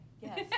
Yes